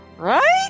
Right